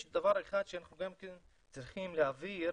יש דבר שאנחנו צריכים להבהיר,